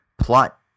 plot